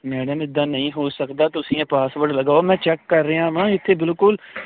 madam ਇਦਾਂ ਨਹੀਂ ਹੋ ਸਕਦਾ ਤੁਸੀਂ ਪਾਸਵਰਡ ਲਗਾਓ ਮੈਂ ਚੈੱਕ ਕਰ ਰਿਹਾ ਵਾਂ ਇਥੇ ਬਿਲਕੁਲ